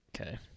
Okay